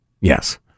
Yes